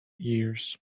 years